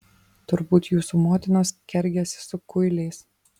turbūt jūsų motinos kergėsi su kuiliais